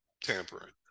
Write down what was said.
tampering